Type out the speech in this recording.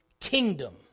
kingdom